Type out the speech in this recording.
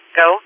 go